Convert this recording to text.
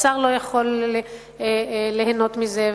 האוצר לא יכול ליהנות מזה.